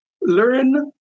learn